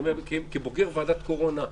אני אומר כבוגר ועדת קורונה א',